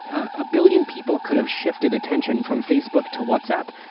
ah billion people could have shifted attention from facebook to whatsapp,